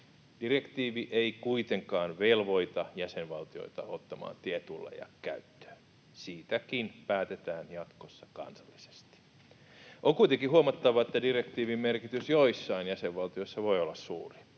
Direktiivi ei kuitenkaan velvoita jäsenvaltioita ottamaan tietulleja käyttöön. Siitäkin päätetään jatkossa kansallisesti. On kuitenkin huomattava, että direktiivin merkitys joissain jäsenvaltioissa voi olla suuri.